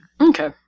Okay